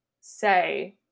say